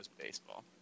baseball